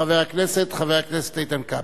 וחבר הכנסת איתן כבל.